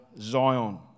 Zion